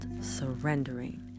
surrendering